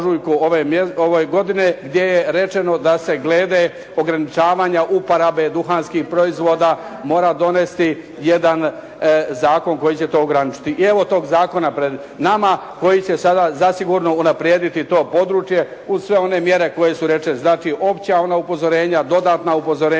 ove godine gdje je rečeno da se glede ograničavanja uporabe duhanskih proizvoda mora donesti jedan zakon koji će to ograničiti. I evo tog zakona pred nama koji će sada zasigurno unaprijediti to područje uz sve one mjere koje su rečene. Znači, opća ona upozorenja, dodatna upozorenja,